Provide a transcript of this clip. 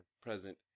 present